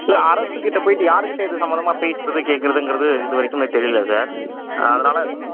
இல்லை அரசுக்கிட்டே போய்ட்டு யாருக்கிட்டே இது சம்பந்தமா பேசுகிறது கேக்கிறதுங்கிறது இது வரைக்கும் தெரியல சார் அதனால